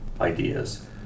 ideas